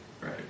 Right